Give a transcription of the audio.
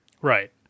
Right